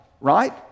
Right